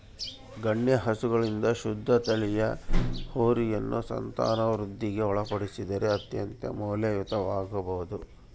ಗಣ್ಯ ಹಸುಗಳಿಂದ ಶುದ್ಧ ತಳಿಯ ಹೋರಿಯನ್ನು ಸಂತಾನವೃದ್ಧಿಗೆ ಒಳಪಡಿಸಿದರೆ ಅತ್ಯಂತ ಮೌಲ್ಯಯುತವಾಗಬೊದು